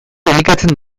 elikatzen